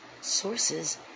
sources